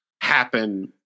happen